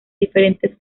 diferentes